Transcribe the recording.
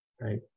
Right